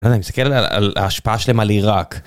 אני מסתכל על ההשפעה שלהם על עיראק.